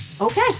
okay